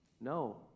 No